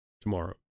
tomorrow